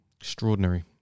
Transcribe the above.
Extraordinary